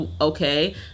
okay